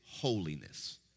holiness